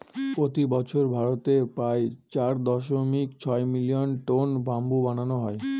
প্রতি বছর ভারতে প্রায় চার দশমিক ছয় মিলিয়ন টন ব্যাম্বু বানানো হয়